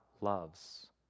loves